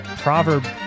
proverb